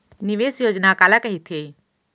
निवेश योजना काला कहिथे?